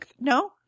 No